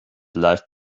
life